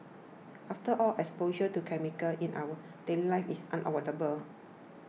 after all exposure to chemicals in our daily life is unavoidable